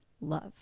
love